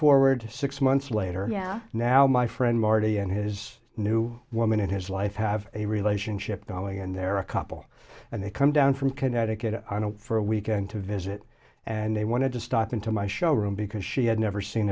forward to six months later yeah now my friend marty and his new woman in his life have a relationship going and they're a couple and they come down from connecticut i know for a weekend to visit and they wanted to stop into my showroom because she had never seen